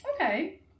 Okay